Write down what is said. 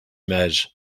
image